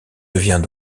devient